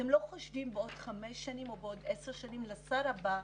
הם לא חושבים בעוד חמש שנים או בעוד עשר שנים על השר הבא,